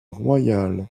royal